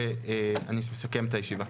אני סוגר את הישיבה.